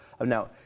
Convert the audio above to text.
Now